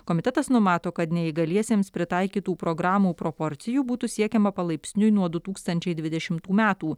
komitetas numato kad neįgaliesiems pritaikytų programų proporcijų būtų siekiama palaipsniui nuo du tūkstančiai dvidešimtų metų